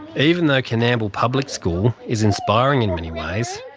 even though coonamble public school is inspiring in many ways,